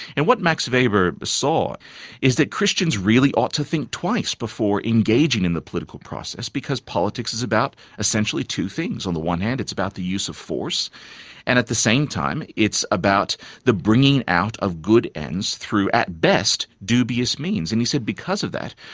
and what max weber saw is that christians really ought to think twice before engaging in the political process, because politics is about, essentially, two things. on the one hand it's about the use of force, and at the same time it's about the bringing out of good ends through, at best, dubious means, and he said because of that,